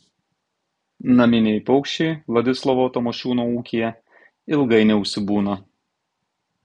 naminiai paukščiai vladislovo tamošiūno ūkyje ilgai neužsibūna